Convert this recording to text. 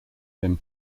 him